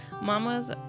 mamas